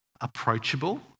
approachable